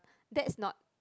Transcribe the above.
that is not